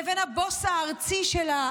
לבין הבוס הארצי שלה,